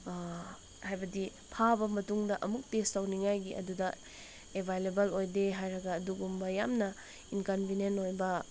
ꯍꯥꯏꯕꯗꯤ ꯐꯥꯕ ꯃꯇꯨꯡꯗ ꯑꯃꯨꯛ ꯇꯦꯁ ꯇꯧꯅꯤꯡꯉꯥꯏꯒꯤ ꯑꯗꯨꯗ ꯑꯦꯕꯥꯏꯂꯦꯕꯜ ꯑꯣꯏꯗꯦ ꯍꯥꯏꯔꯒ ꯑꯗꯨꯒꯨꯝꯕ ꯌꯥꯝꯅ ꯏꯟꯀꯟꯕꯤꯅꯦꯟ ꯑꯣꯏꯕ